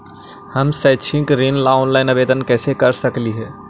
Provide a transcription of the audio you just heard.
हम शैक्षिक ऋण ला ऑनलाइन आवेदन कैसे कर सकली हे?